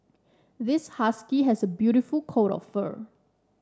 this husky has a beautiful coat of fur